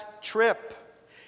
trip